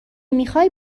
میخوای